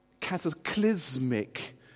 cataclysmic